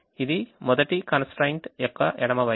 ఇది మొదటి constraint యొక్క ఎడమ వైపు